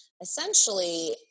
essentially